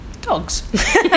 Dogs